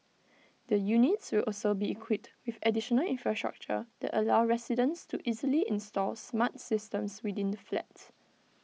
the units will also be equipped with additional infrastructure that allow residents to easily install smart systems within the flats